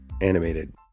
animated